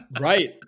Right